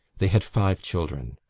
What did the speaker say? they had five children.